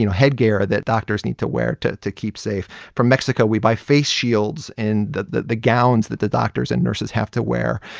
you know headgear that doctors need to wear to to keep safe. from mexico, we buy face shields and the the gowns that the doctors and nurses have to wear.